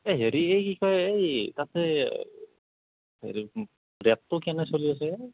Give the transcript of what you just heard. এই হেৰি এই কি কয় এই তাতে হেৰিত ৰে'টটো কেনে চলি আছে এ